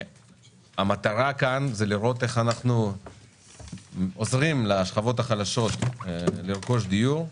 המטרה כאן זה לראות איך אנחנו עוזרים לשכבות החלשות לרכוש דיור,